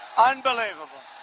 unbelievable.